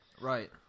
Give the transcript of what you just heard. Right